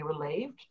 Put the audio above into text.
relieved